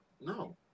No